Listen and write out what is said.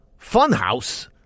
Funhouse